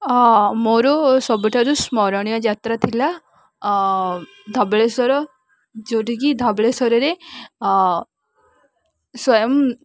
ହଁ ମୋର ସବୁଠାରୁ ସ୍ମରଣୀୟ ଯାତ୍ରା ଥିଲା ଧବଳେଶ୍ୱର ଯେଉଁଠି କି ଧବଳେଶ୍ଵରରେ ସ୍ଵୟଂ